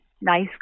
nice